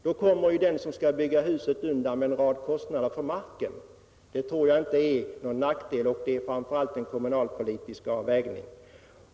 Då kommer ju den som skall bygga huset undan en rad kostnader för marken. Jag tror inte detta vore någon nackdel, och det är framför allt en kommunalpolitisk avvägning.